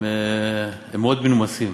הם מאוד מנומסים,